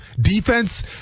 Defense